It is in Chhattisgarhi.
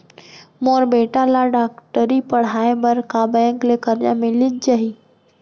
मोर बेटा ल डॉक्टरी पढ़ाये बर का बैंक ले करजा मिलिस जाही?